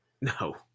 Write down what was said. No